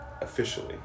officially